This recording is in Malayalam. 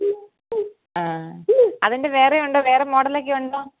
ആ അതിൻറെ വേറെ ഉണ്ടോ വേറെ മോഡൽ ഒക്കെ ഉണ്ടോ